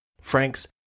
Franks